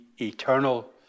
eternal